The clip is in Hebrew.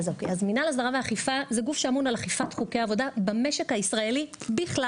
מנהל הסדרה ואכיפה זה גוף שאמון על אכיפה חוקי עבודה במשק הישראלי בכלל,